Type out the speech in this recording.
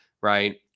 right